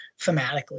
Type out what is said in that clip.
thematically